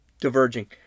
diverging